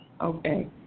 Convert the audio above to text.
Okay